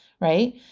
right